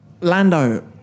Lando